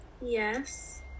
Yes